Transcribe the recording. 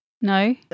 No